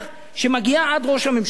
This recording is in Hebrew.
שמגיעה עד ראש הממשלה,